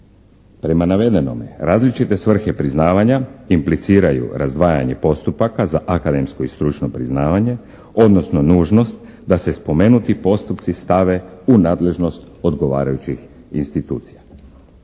Prema navedenome različite svrhe priznavanja impliciraju razdvajanje postupaka za akademsko i stručno priznavanje, odnosno nužnost da se spomenuti postupci stave u nadležnost odgovarajućih institucija.